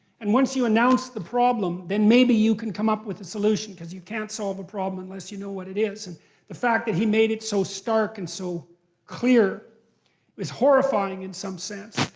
and once you announce the problem, then maybe you can come up with a solution, because you can't solve a problem unless you know what it is. and the fact that he made it so stark and so clear is horrifying in some sense,